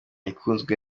ikunzwe